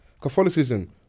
Catholicism